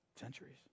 centuries